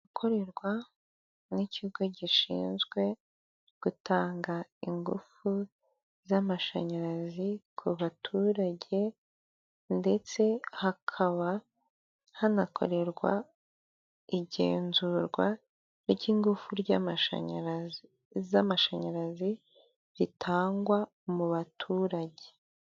Gukorerwa n'ikigo gishinzwe gutanga ingufu z'amashanyarazi ku baturage, ndetse hakaba hanakorerwa igenzurwa ry’ingufu z'amashanyarazi ritangwa mu baturage.